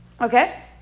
okay